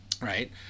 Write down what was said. Right